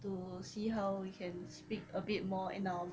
to see how we can speak a bit more in our